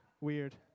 weird